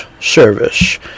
service